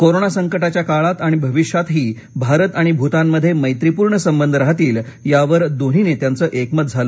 corona संकटाच्या काळात आणि भविष्यातही भारत आणि भूतानमध्ये मैत्रीपूर्ण संबंध राहतील यावर दोन्ही नेत्यांचं एकमत झालं